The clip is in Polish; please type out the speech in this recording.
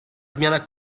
zmiana